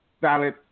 valid